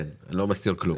כן, אני לא מסתיר כלום.